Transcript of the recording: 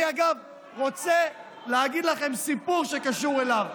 אני, אגב, רוצה לספר לכם סיפור שקשור אליו,